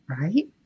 Right